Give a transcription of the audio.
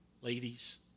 ladies